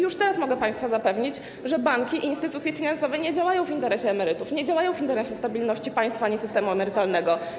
Już teraz mogę państwa zapewnić, że banki i instytucje finansowe nie działają w interesie emerytów, nie działają w interesie stabilności państwa ani systemu emerytalnego.